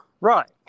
Right